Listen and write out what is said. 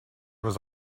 was